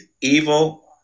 evil